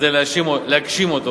כדי להגשים אותו